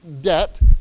debt